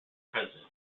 president